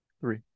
Three